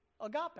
agape